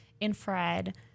Infrared